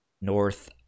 north